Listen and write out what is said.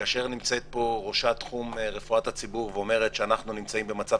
כאשר נמצאת פה ראשת תחום רפואת הציבור ואומרת שאנחנו נמצאים במצב